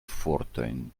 fortojn